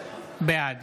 בעד